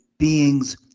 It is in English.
Beings